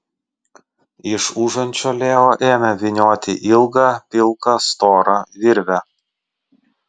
iš užančio leo ėmė vynioti ilgą pilką storą virvę